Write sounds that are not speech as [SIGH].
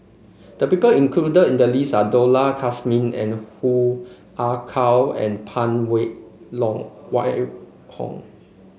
the people included in the list are Dollah Kassim and Hoo Ah Kay and Phan Wait [UNINTELLIGIBLE] Hong